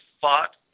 fought